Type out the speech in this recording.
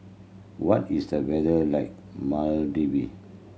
what is the weather like Maldive